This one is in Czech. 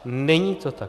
Není to tak.